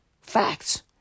Facts